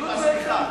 במדיניות בעצם?